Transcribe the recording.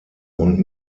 und